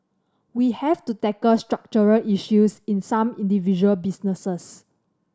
we have to tackle structural issues in some individual businesses